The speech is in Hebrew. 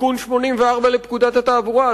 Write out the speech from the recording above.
תיקון 84 לפקודת התעבורה,